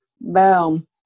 Boom